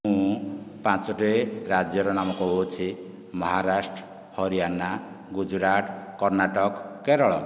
ମୁଁ ପାଞ୍ଚ ଟି ରାଜ୍ୟ ର ନାମ କହୁଅଛି ମହାରାଷ୍ଟ୍ର ହରିୟାନା ଗୁଜୁରାଟ କର୍ଣ୍ଣାଟକ କେରଳ